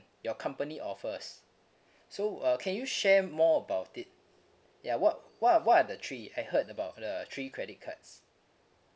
your company offers so uh can you share more about it ya what what what are the three I heard about the three credit cards